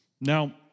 Now